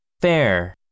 fair